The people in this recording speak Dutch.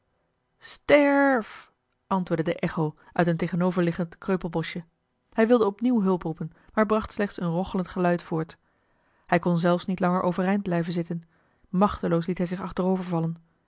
sterf antwoordde de echo uit een tegenoverliggend kreupelboschje hij wilde opnieuw hulp roepen maar bracht slechts een rochelend geluid voort hij kon zelfs niet langer overeind blijven zitten machteloos liet hij zich achterover vallen